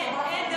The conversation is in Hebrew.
אין.